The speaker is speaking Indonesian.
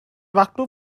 waktu